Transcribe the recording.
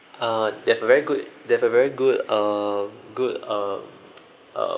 uh they have a very good they have a very good uh good uh uh